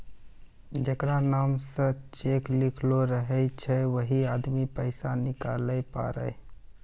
जेकरा नाम से चेक लिखलो रहै छै वैहै आदमी पैसा निकालै पारै